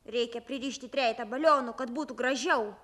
reikia pririšti trejetą balionų kad būtų gražiau